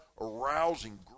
arousing